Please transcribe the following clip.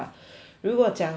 如果讲说